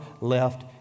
left